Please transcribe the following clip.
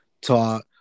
taught